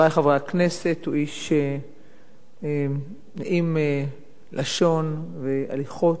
חברי חברי הכנסת, הוא איש נעים לשון והליכות.